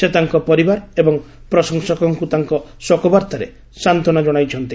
ସେ ତାଙ୍କ ପରିବାର ଏବଂ ପ୍ରଶଂସକଙ୍କୁ ତାଙ୍କ ଶୋକବାର୍ତ୍ତାରେ ଶାନ୍ତ୍ରନା ଜଣାଇଛନ୍ତି